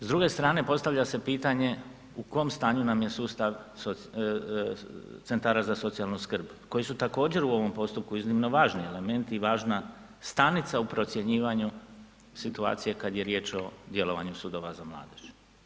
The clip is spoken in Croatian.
S druge strane postavlja se pitanje u kom stanju nam je sustav centara za socijalnu skrb koji su također u ovom postupku iznimno važni elementi i važna stanica u procjenjivanju situacije kad je riječ o djelovanju sudova za mladež.